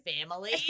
family